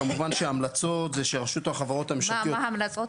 כמובן שההמלצות זה ש- -- מה ההמלצות?